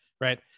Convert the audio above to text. right